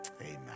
Amen